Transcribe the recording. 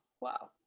Wow